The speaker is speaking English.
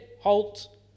halt